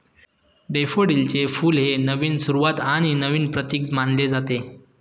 डॅफोडिलचे फुल हे नवीन सुरुवात आणि नवीन प्रतीक मानले जाते